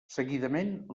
seguidament